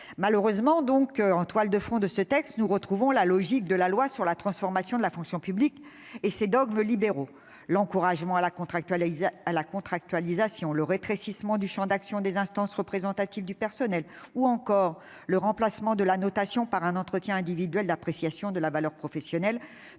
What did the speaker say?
Malheureusement, en toile de fond de ce texte, nous retrouvons la logique de la loi de transformation de la fonction publique et ses dogmes libéraux : l'encouragement à la contractualisation, le rétrécissement du champ d'action des instances représentatives du personnel ou encore le remplacement de la notation par un entretien individuel d'appréciation de la valeur professionnelle.